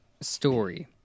story